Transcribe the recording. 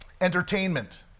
Entertainment